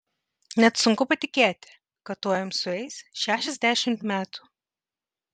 net sunku patikėti kad tuoj jums sueis šešiasdešimt metų